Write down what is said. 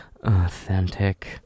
authentic